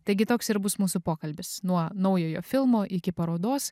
taigi toks ir bus mūsų pokalbis nuo naujojo filmo iki parodos